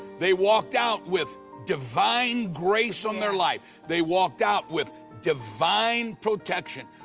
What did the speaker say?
they walked out with divine grace on their life, they walked out with divine protection.